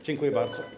Dziękuję bardzo.